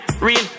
real